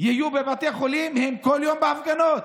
יהיו בבתי חולים, הם כל יום בהפגנות.